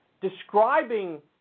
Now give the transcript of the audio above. describing